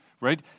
right